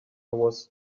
was